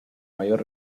mayor